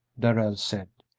darrell said,